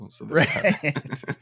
Right